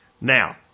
Now